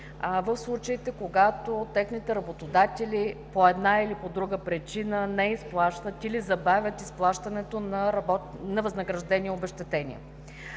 в случаите, когато техните работодатели по една или по друга причина не изплащат или забавят изплащането на възнагражденията и обезщетенията.